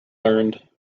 learned